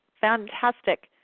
fantastic